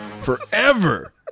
forever